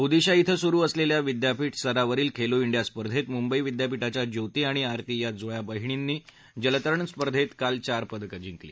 ओदिशा इथं सुरु असलेल्या विद्यापीठ स्तरावरील खेलो इंडिया स्पर्धेत मुंबई विद्यापीठाच्या ज्योती आणि आरती या जुळ्या वहिणींनी जलतरण स्पर्धेत काल चार पदकं जिंकली